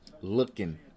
Looking